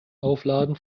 aufladen